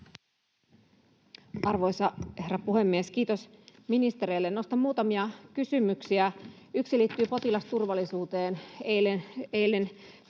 Arvoisa herra puhemies! Kiitos ministereille. Nostan muutamia kysymyksiä. Yksi liittyy potilasturvallisuuteen.